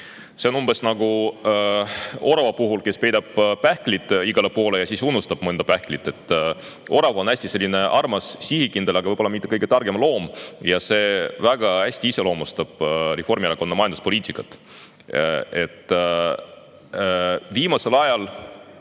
See on umbes nagu orava puhul, kes peidab pähkleid igale poole ja siis mõne pähkli unustab. Orav on selline hästi armas, sihikindel, aga võib-olla mitte kõige targem loom. Ja see väga hästi iseloomustab Reformierakonna majanduspoliitikat. Viimasel ajal